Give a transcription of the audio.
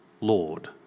Lord